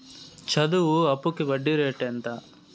చదువు అప్పుకి వడ్డీ రేటు ఎంత?